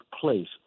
place